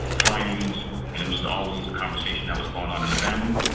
friends. and it was and always a conversation that was going on in the family.